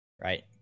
right